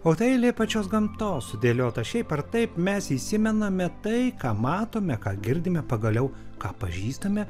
o ta eilė pačios gamtos sudėliota šiaip ar taip mes įsimename tai ką matome ką girdime pagaliau ką pažįstame